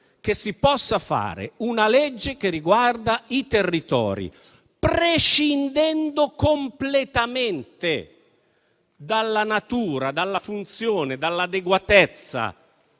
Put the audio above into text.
che si possa fare una legge che riguarda i territori prescindendo completamente dalla natura, dalla funzione, dall'adeguatezza